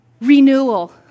Renewal